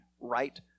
right